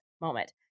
moment